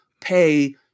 pay